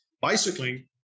bicycling